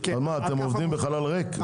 אתם עובדים בחלל ריק?